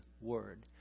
word